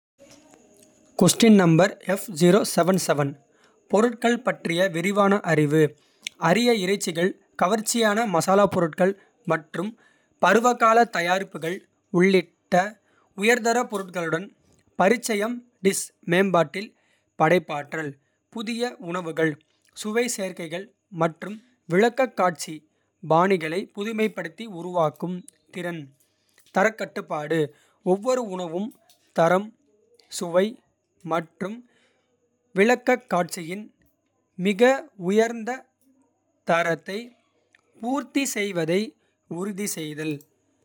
பொருட்கள் பற்றிய விரிவான அறிவு அரிய இறைச்சிகள். கவர்ச்சியான மசாலாப் பொருட்கள் மற்றும் பருவகால. தயாரிப்புகள் உள்ளிட்ட உயர்தரப் பொருட்களுடன். பரிச்சயம்.டிஷ் மேம்பாட்டில் படைப்பாற்றல். புதிய உணவுகள் சுவை சேர்க்கைகள் மற்றும் விளக்கக்காட்சி. பாணிகளை புதுமைப்படுத்தி உருவாக்கும் திறன். தரக் கட்டுப்பாடு ஒவ்வொரு உணவும் தரம். சுவை மற்றும் விளக்கக்காட்சியின் மிக உயர்ந்த தரத்தை. பூர்த்தி செய்வதை உறுதி செய்தல்.